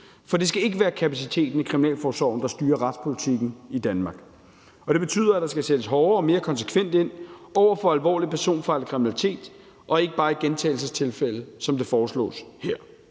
For det skal ikke være kapaciteten i kriminalforsorgen, der styrer retspolitikken i Danmark. Og det betyder, at der skal sættes hårdere og mere konsekvent ind over for alvorlig personfarlig kriminalitet og ikke bare i gentagelsestilfælde, som det foreslås her.